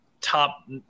top